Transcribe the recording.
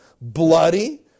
bloody